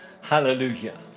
Hallelujah